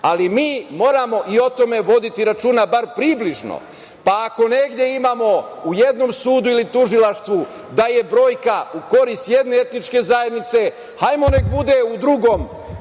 ali mi moramo i o tome voditi računa, barem približno, pa ako negde imamo u jednom sudu ili tužilaštvu da je brojka u korist jedne etničke zajednice. Neka bude u drugom